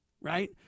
right